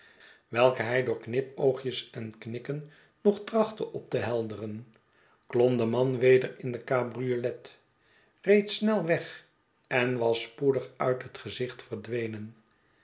welke hij door knipoogjes en knikken nog trachtte op tehelderen klom de man weder in de cabriolet reed snel weg en was spoedig uit het gezicht verdwenen